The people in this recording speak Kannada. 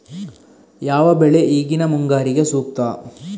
ಯಾವ ಬೆಳೆ ಈಗಿನ ಮುಂಗಾರಿಗೆ ಸೂಕ್ತ?